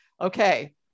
Okay